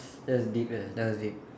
that was deep eh that was deep